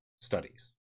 studies